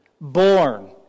born